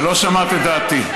יש לך הזדמנות לענות.